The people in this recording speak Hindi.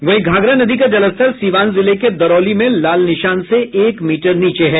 वहीं घाघरा नदी का जलस्तर सीवान जिले के दरौली में लाल निशान से एक मीटर नीचे है